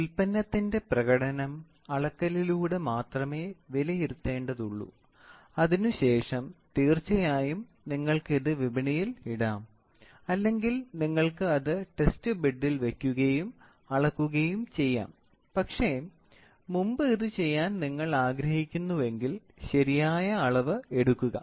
ഉൽപ്പന്നത്തിന്റെ പ്രകടനം അളക്കലിലൂടെ മാത്രമേ വിലയിരുത്തേണ്ടതുള്ളൂ അതിനുശേഷം തീർച്ചയായും നിങ്ങൾക്ക് ഇത് വിപണിയിൽ ഇടാം അല്ലെങ്കിൽ നിങ്ങൾക്ക് അത് ടെസ്റ്റ് ബെഡിൽ വയ്ക്കുകയും അളക്കുകയും ചെയ്യാം പക്ഷേ മുമ്പ് ഇത് ചെയ്യാൻ നിങ്ങൾ ആഗ്രഹിക്കുന്നുവെങ്കിൽ ശരിയായ അളവ് എടുക്കുക